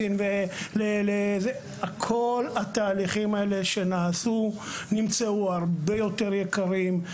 כל התהליכים האלה נעשו ונמצאו הרבה יותר יקרים.